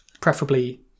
preferably